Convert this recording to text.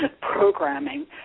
programming